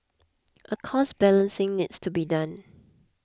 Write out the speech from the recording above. a cost balancing needs to be done